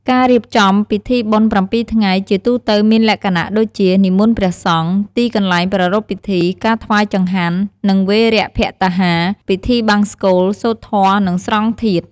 ការរៀបចំពិធីបុណ្យប្រាំពីរថ្ងៃ ជាទូទៅមានលក្ខណៈដូចជា និមន្តព្រះសង្ឃ ទីកន្លែងប្រារព្ធពិធី ការថ្វាយចង្ហាន់ និងវេរភត្តាហារ ពិធីបង្សុកូល សូត្រធម៌ និង ស្រង់ធាតុ។